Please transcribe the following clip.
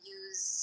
use